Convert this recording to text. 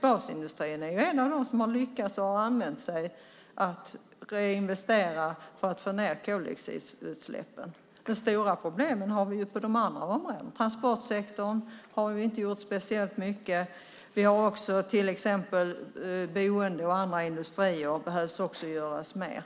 Basindustrin hör till dem som har lyckats och har reinvesterat för att få ned koldioxidutsläppen. De stora problemen har vi på de andra områdena. Transportsektorn har inte gjort speciellt mycket. Vi har också till exempel boende och andra industrier. Där behöver det också göras mer.